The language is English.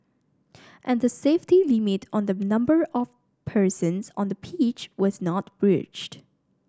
and the safety limit on the number of persons on the pitch was not breached